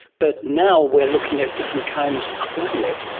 but now we are looking at different kinds of climate,